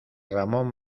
ramón